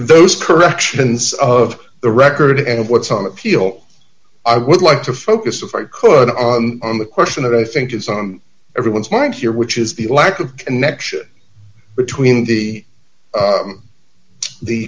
those corrections of the record and what's on appeal i would like to focus if i could on the question that i think is on everyone's mind here which is the lack of connection between the